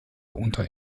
unter